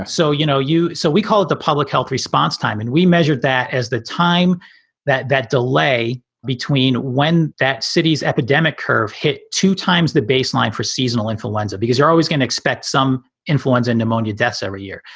so, you know, you so we call it the public health response time. and we measured that as the time that that delay between when that city's epidemic curve hit two times the baseline for seasonal influenza, because you're always gonna expect some influenza pneumonia deaths every year.